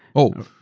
oh,